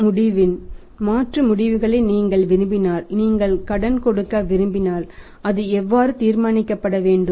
கடன் முடிவின் மாற்று முடிவுகளை நீங்கள் விரும்பினால் நீங்கள் கடன் கொடுக்க விரும்பினால் அது எவ்வாறு தீர்மானிக்கப்பட வேண்டும்